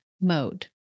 mode